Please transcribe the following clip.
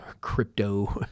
crypto